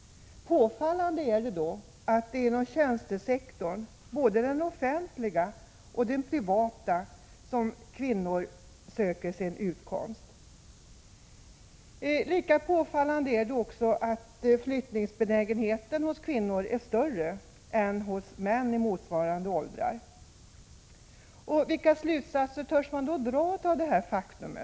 Påfallande är dock att det är inom tjänstesektorn, både den offentliga och den privata, som kvinnor söker sin utkomst. Lika påfallande är att flyttningsbenägenheten hos kvinnor är större än hos män i motsvarande åldrar. Vilka slutsatser törs man dra av detta faktum?